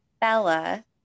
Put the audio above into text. bella